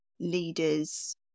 Leaders